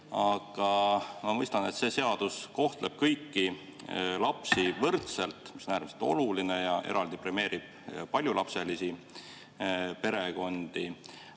Aga ma mõistan, et see seadus kohtleb kõiki lapsi võrdselt, mis on äärmiselt oluline, ja eraldi premeerib paljulapselisi perekondi.